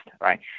right